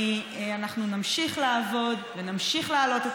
אנחנו נמשיך לעבוד ונמשיך להעלות את